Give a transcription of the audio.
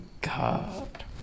God